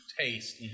taste